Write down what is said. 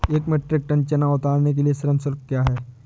एक metric ton चना उतारने के लिए श्रम शुल्क क्या है?